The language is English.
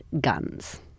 guns